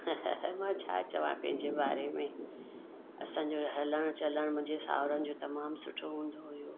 मां छा चवा पंहिंजे बारे में असांजो हलण चलण मुंहिंजे साउरनि जो तमामु सुठो हूंदो हुओ